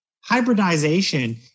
hybridization